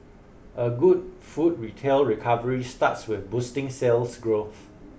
a good food retail recovery starts with boosting sales growth